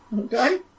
Okay